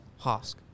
Hosk